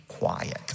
quiet